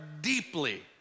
deeply